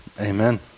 amen